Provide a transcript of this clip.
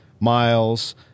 Miles